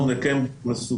נסדר.